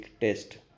test